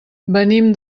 venim